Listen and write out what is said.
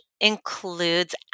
includes